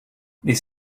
this